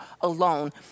alone